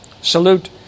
Salute